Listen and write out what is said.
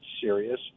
serious